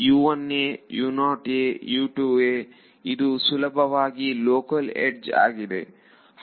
ಇದು ಸುಲಭವಾದ local edge ಆಗಿದೆ